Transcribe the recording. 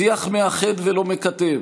שיח מאחד ולא מקטב,